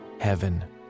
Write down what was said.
heaven